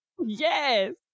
yes